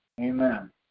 Amen